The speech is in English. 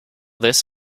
this